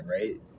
right